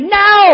no